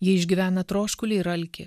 jie išgyvena troškulį ir alkį